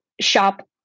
shop